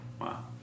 Wow